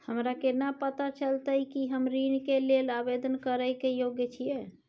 हमरा केना पता चलतई कि हम ऋण के लेल आवेदन करय के योग्य छियै?